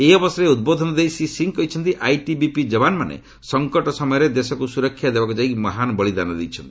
ଏହି ଅବସରରେ ଉଦ୍ବୋଧନ ଦେଇ ଶ୍ରୀ ସିଂ କହିଛନ୍ତି ଆଇଟିବିପି ଯବାନମାନେ ସଙ୍କଟ ସମୟରେ ଦେଶକୁ ସୁରକ୍ଷା ଦେବାକୁ ଯାଇ ମହାନ୍ ବଳିଦାନ ଦେଇଛନ୍ତି